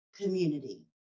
community